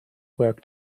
work